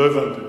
לא הבנתי.